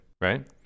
right